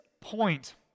point